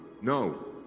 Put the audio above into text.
no